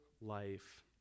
life